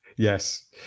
Yes